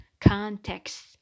context